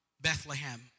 Bethlehem